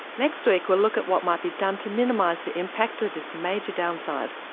next week we'll look at what might be done to minimise the impact of this major downside.